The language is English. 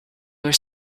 were